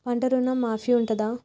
పంట ఋణం మాఫీ ఉంటదా?